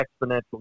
exponential